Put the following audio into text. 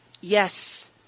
Yes